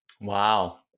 Wow